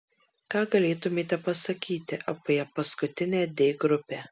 ką galėtumėte pasakyti apie paskutinę d grupę